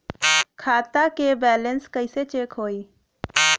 खता के बैलेंस कइसे चेक होई?